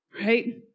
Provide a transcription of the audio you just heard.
Right